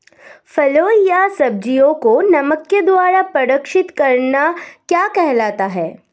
फलों व सब्जियों को नमक के द्वारा परीक्षित करना क्या कहलाता है?